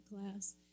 class